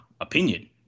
opinion